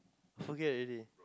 forget already